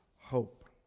hope